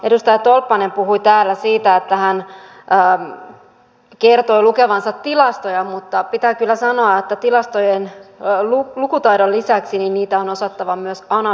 edustaja tolppanen kertoi täällä siitä että hän hän kertoo lukevansa tilastoja mutta pitää kyllä sanoa että tilastojenlukutaidon lisäksi niitä on osattava myös analysoida